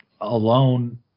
alone